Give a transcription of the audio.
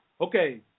Okay